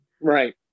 Right